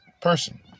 person